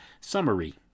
Summary